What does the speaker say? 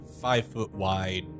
five-foot-wide